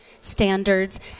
standards